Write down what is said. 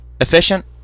efficient